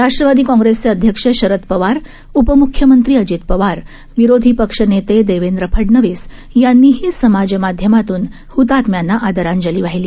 राष्ट्रवादी काँग्रेसचे अध्यक्ष शरद पवार उपम्ख्यमंत्री अजित पवार विरोधी पक्षनेते देवेंद्र फडणवीस यांनीही समाजमाध्यमातून हतात्म्यांना आदरांजली वाहिली